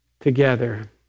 together